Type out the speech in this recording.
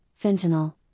fentanyl